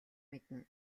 мэднэ